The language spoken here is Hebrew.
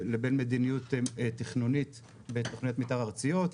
לבין מדיניות תכנונית ותוכניות מתאר ארציות,